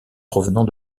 provenant